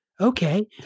Okay